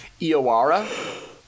Iowara